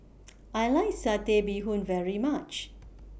I like Satay Bee Hoon very much